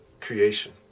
creation